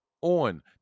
on